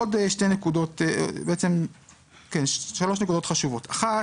עוד שלוש נקודות חשובות: א',